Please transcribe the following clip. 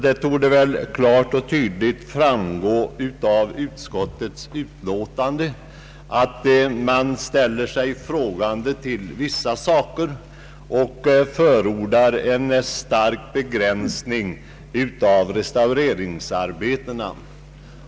Det torde klart och tydligt framgå av utskottets utlåtande att man ställer sig frågande i vissa avseenden och förordar en stark begränsning av restaureringsarbetena.